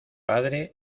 padre